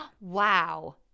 Wow